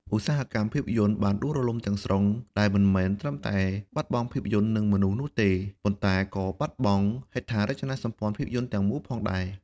ឧស្សាហកម្មភាពយន្តបានដួលរលំទាំងស្រុង ដែលមិនមែនត្រឹមតែបាត់បង់ភាពយន្ត និងមនុស្សនោះទេ ប៉ុន្តែក៏បាត់បង់ ហេដ្ឋារចនាសម្ព័ន្ធភាពយន្តទាំងមូល ផងដែរ។